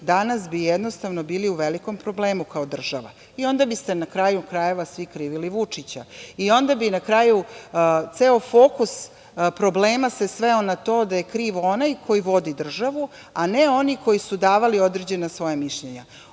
danas bi jednostavno bili u velikom problemu, kao država. Onda biste, na kraju krajeva, svi krivili Vučića. Onda bi na kraju ceo fokus problema se sveo na to da je kriv onaj koji vodi državu, a ne oni koji su davali određena svoja mišljenja. Očito